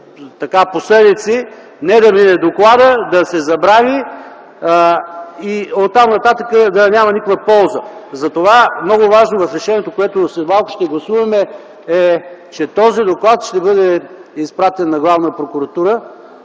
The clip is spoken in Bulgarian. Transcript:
има последици. Не да мине докладът, да се забрави и оттам нататък да няма никаква полза. Затова много важно в решението, което след малко ще гласуваме, е, че този доклад ще бъде изпратен на Главна прокуратура,